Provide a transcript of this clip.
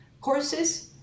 courses